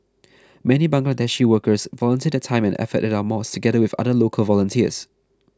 many Bangladeshi workers volunteer their time and effort at our mosques together with other local volunteers